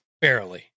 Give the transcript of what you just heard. Barely